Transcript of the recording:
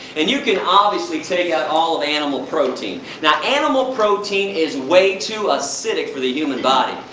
and you can obviously take out all of animal protein. now animal protein is way too acidic for the human body.